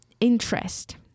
interest